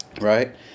Right